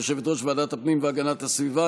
יושבת-ראש ועדת הפנים והגנת הסביבה,